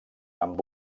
amb